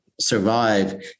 survive